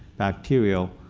bacterial,